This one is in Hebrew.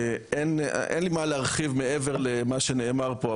אין לי מה להרחיב מעבר למה שנאמר פה,